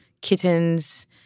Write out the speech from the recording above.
kittens